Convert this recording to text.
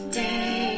day